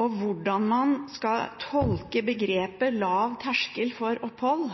og hvordan man skal tolke begrepet «lav terskel» for opphold